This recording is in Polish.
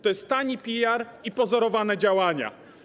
To jest tani PR i pozorowane działania.